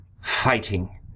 fighting